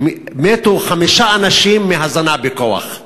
מתו חמישה אנשים מהזנה בכוח.